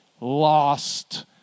lost